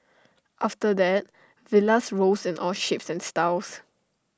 after that villas rose in all shapes and styles